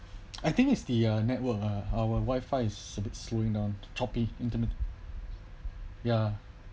I think it's the uh network uh our wifi is a bit slowing down choppy internet ya